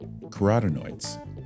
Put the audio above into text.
carotenoids